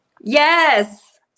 Yes